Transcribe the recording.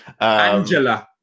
Angela